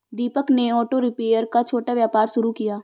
दीपक ने auto repair का छोटा व्यापार शुरू किया